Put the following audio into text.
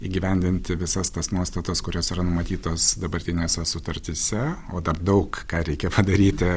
įgyvendinti visas tas nuostatas kurios yra numatytos dabartinėse sutartyse o dar daug ką reikia padaryti